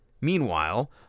Meanwhile